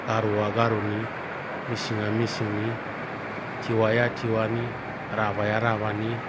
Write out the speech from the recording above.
गार'आ गार'नि मिसिंआ मिसिंनि टिवाया टिवानि राभाया राभानि